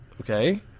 Okay